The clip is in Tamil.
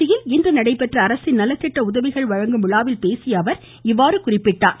திருச்சியில் இன்று நடைபெற்ற அரசின் நலத்திட்ட உதவிகள் வழங்கும் விழாவில் பேசிய அவர் இதனைத் தெரிவித்தார்